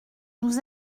nous